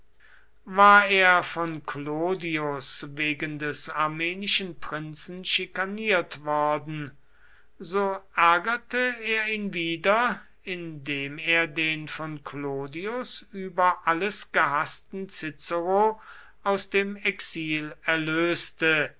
war er von clodius wegen des armenischen prinzen schikaniert worden so ärgerte er ihn wieder indem er den von clodius über alles gehaßten cicero aus dem exil erlöste